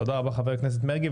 תודה רבה, חבר הכנסת מרגי.